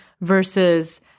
versus